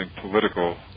political